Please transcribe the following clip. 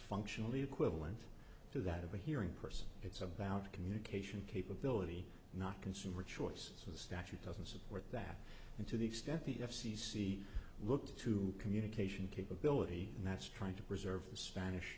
functionally equivalent to that of a hearing person it's about communication capability not consumer choice so the statute doesn't support that and to the extent the f c c looked into communication capability and that's trying to preserve the spanish